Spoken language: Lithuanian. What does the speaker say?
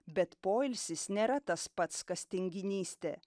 bet poilsis nėra tas pats kas tinginystė